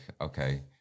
okay